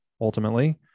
ultimately